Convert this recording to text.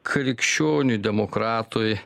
krikščioniui demokratui